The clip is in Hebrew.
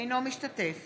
אינו משתתף